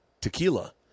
tequila